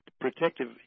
protective